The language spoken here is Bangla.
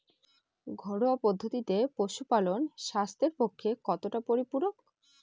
ঘরোয়া পদ্ধতিতে পশুপালন স্বাস্থ্যের পক্ষে কতটা পরিপূরক?